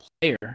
player